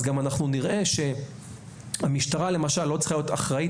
אז גם אנחנו נראה שהמשטרה למשל לא צריכה להיות אחראית